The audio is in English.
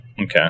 Okay